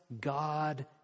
God